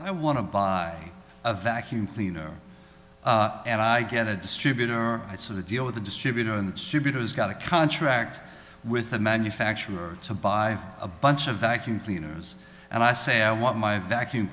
i want to buy a vacuum cleaner and i get a distributor i sort of deal with the distributor and has got a contract with the manufacturer to buy a bunch of vacuum cleaners and i say i want my vacuum